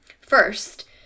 First